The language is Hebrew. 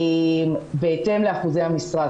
בהתאם לאחוזי המשרה,